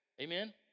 Amen